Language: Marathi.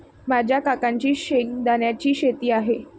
माझ्या काकांची शेंगदाण्याची शेती आहे